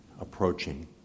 approaching